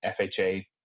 FHA